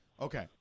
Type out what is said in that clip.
Okay